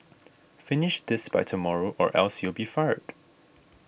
finish this by tomorrow or else you'll be fired